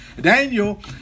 Daniel